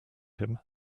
him